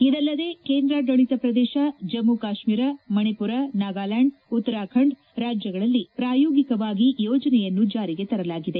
ಇದಲ್ಲದೆ ಕೇಂದ್ರಾಡಳತ ಪ್ರದೇಶ ಜಮ್ನು ಕಾಶ್ನೀರ ಮಣಿಪುರ ನಾಗಲ್ಲಾಂಡ್ ಉತ್ತರಖಂಡ್ ರಾಜ್ಞಗಳಲ್ಲಿ ಪ್ರಾಯೋಗಿಕವಾಗಿ ಯೋಜನೆಯನ್ನು ಜಾರಿಗೆ ತರಲಾಗಿದೆ